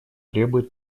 требует